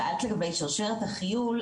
שאלת לגבי 'שרשרת החיול',